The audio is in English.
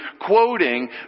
quoting